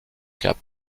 cap